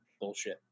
bullshit